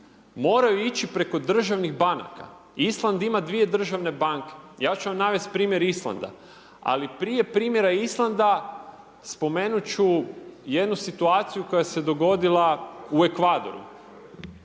moraju ići preko državnih banaka. Island ima dvije državne banke, Ja ću vam navesti primjer Islanda, ali prije primjera Islanda, spomenut ću jednu situaciju koja se dogodila u Ekvadoru.